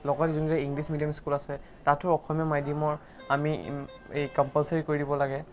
লগত যোনকেইটা English medium school আছে তাতো অসমীয়া মিডিয়ামতো আমি কম্পালছৰী কৰি দিব লাগে